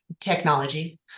technology